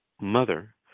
mother